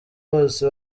bose